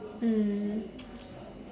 mm